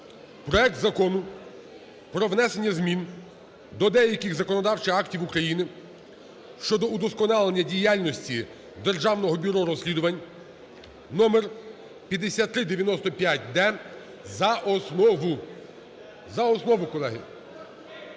проект Закону про внесення змін до деяких законодавчих актів України щодо удосконалення діяльності Державного бюро розслідувань (№ 5395-д) за основу,